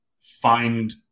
find